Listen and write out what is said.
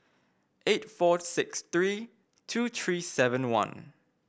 eight four six three two three seven one